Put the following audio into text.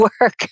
work